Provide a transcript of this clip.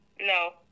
No